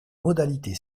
modalités